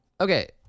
okay